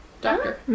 Doctor